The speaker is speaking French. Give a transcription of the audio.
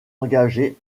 engagé